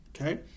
Okay